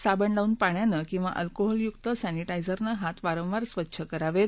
साबण लावून पाण्यानं किंवा अल्कोहोलयूक्त सॅनिटा झिरनं हात वारंवार स्वच्छ करावेत